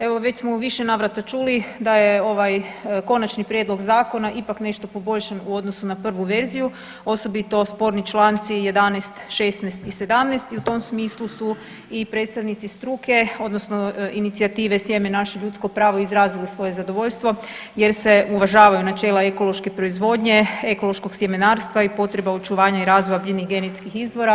Evo već smo u više navrata čuli da je ovaj Konačni prijedlog zakona ipak nešto poboljšan u odnosu na prvu verziju, osobito sporni članci 11., 16. i 17. i u tom smislu su i predstavnici struke odnosno inicijative sjeme naše ljudsko pravo izrazili svoje zadovoljstvo, jer se uvažavaju načela ekološke proizvodnje, ekološkog sjemenarstva i potreba očuvanja i razvoja biljnih genetskih izvora.